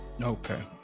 okay